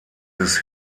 des